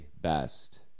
best